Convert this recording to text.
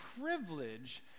privilege